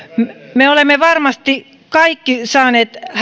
me olemme varmasti kaikki saaneet